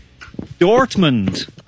Dortmund